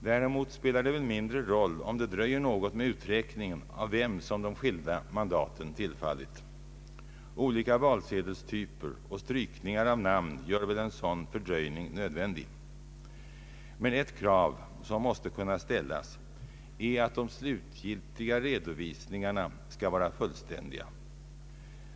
Däremot spelar det väl mindre roll om det dröjer något med uträkningen av vilka personer de skilda mandaten tillfallit. Olika valsedelstyper och strykningar av namn gör väl en sådan fördröjning nödvändig. Men ett krav som måste kunna ställas är att de slutgiltiga redovisningarna skall vara fullständiga.